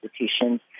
institutions